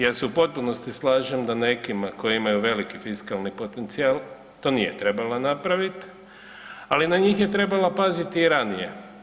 Ja se u potpunosti slažem da nekima koji imaju veliki fiskalni potencijal to nije trebala napraviti, ali na njih je trebala paziti i ranije.